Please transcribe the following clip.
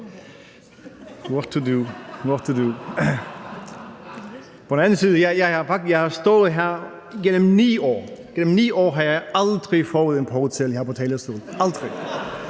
det, så what to do? På den anden side har jeg stået her igennem 9 år, og igennem de 9 år har jeg aldrig fået en påtale her på talerstolen – aldrig.